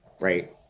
right